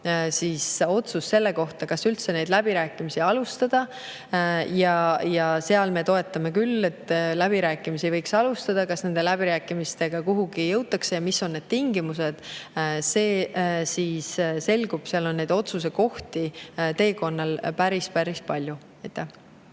olema otsus selle kohta, kas üldse neid läbirääkimisi alustada. Ja seda me toetame küll, et läbirääkimisi võiks alustada. Kas nende läbirääkimistega kuhugi jõutakse ja mis on need tingimused, see alles selgub. Sel teekonnal on otsustuskohti päris palju.